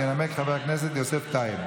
ינמק חבר הכנסת יוסף טייב.